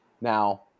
now